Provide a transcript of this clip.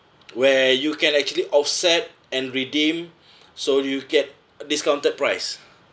where you can actually offset and redeem so you'll get discounted price